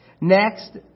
Next